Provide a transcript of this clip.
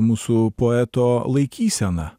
mūsų poeto laikysena